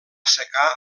assecar